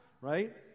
right